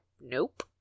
Nope